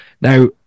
now